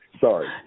Sorry